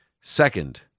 Second